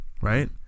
right